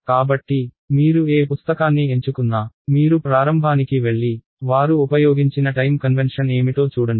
కాబట్టి మీరు ఏ పుస్తకాన్ని ఎంచుకున్నా మీరు ప్రారంభానికి వెళ్లి వారు ఉపయోగించిన టైమ్ కన్వెన్షన్ ఏమిటో చూడండి